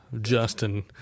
Justin